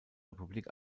republik